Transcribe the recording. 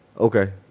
Okay